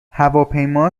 هواپیما